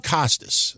Costas